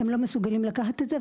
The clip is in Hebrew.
הם לא מסגולים לקחת את זה.